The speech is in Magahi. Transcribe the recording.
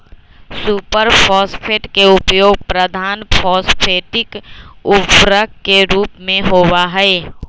सुपर फॉस्फेट के उपयोग प्रधान फॉस्फेटिक उर्वरक के रूप में होबा हई